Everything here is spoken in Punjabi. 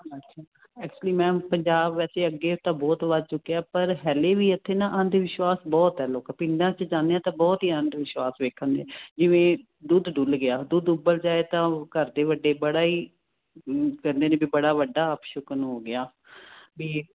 ਐਕਚੁਲੀ ਮੈਮ ਪੰਜਾਬ ਵੈਸੇ ਅੱਗੇ ਤਾਂ ਬਹੁਤ ਵੱਧ ਚੁੱਕਿਆ ਪਰ ਹਲੇ ਵੀ ਇਥੇ ਨਾ ਅਨੇਕ ਵਿਸ਼ਵਾਸ ਬਹੁਤ ਲੋਕਾਂ ਪਿੰਡਾਂ 'ਚ ਜਾਂਦੇ ਆ ਤਾਂ ਬਹੁਤ ਹੀ ਅੰਧ ਵਿਸ਼ਵਾਸ ਵੇਖਣਗੇ ਜਿਵੇਂ ਦੁੱਧ ਡੁੱਲ ਗਿਆ ਦੁੱਧ ਉਧਰ ਜਾਏ ਤਾਂ ਉਹ ਘਰ ਦੇ ਵੱਡੇ ਬੜਾ ਹੀ ਕਹਿੰਦੇ ਨੇ ਵੀ ਬੜਾ ਵੱਡਾ ਅਪਸ਼ਗਨ ਹੋ ਗਿਆ